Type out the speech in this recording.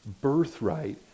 birthright